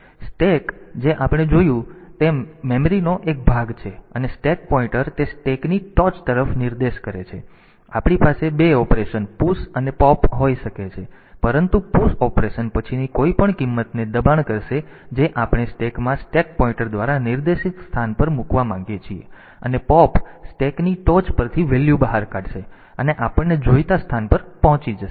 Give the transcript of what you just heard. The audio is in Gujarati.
તેથી સ્ટેક જે આપણે જોયું તેમ છે તે મેમરીનો એક ભાગ છે અને સ્ટેક પોઇન્ટર તે સ્ટેકની ટોચ તરફ નિર્દેશ કરે છે તેથી આપણી પાસે 2 ઑપરેશન પુશ અને પૉપ હોઈ શકે છે પરંતુ પુશ ઑપરેશન પછીની કોઈપણ કિંમતને દબાણ કરશે જે આપણે સ્ટેકમાં સ્ટેક પોઈન્ટર દ્વારા નિર્દેશિત સ્થાન પર મૂકવા માંગીએ છીએ અને પૉપ સ્ટેકની ટોચ પરથી વેલ્યુ બહાર કાઢશે અને આપણને જોઈતા સ્થાન પર પહોંચી જશે